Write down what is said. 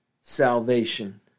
salvation